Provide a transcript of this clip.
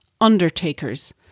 undertakers